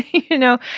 you know,